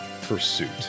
pursuit